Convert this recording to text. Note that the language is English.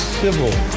civil